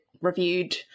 reviewed